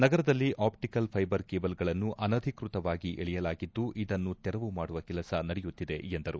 ನಗರದಲ್ಲಿ optical fibre ಕೇಬಲ್ಗಳನ್ನು ಅನಧಿಕೃತವಾಗಿ ಎಳೆಯಲಾಗಿದ್ದು ಇದನ್ನು ತೆರವು ಮಾಡುವ ಕೆಲಸ ನಡೆಯುತ್ತಿದೆ ಎಂದರು